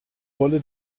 rolle